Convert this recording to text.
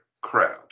crowd